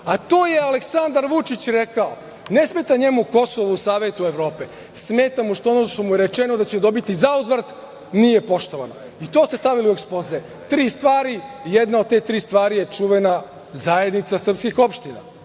a to je Aleksandar Vučić rekao. Ne smeta njemu Kosovo u Savetu Evrope, smeta mu ono što je rečeno da će dobiti za uzvrat nije poštovano, i to ste stavili u ekspoze, tri stvari, i jedna od te tri stvari je čuvena Zajednica srpskih opština.